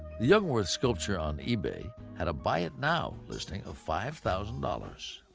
the jungwirth sculpture on ebay had a buy it now posting of five thousand dollars.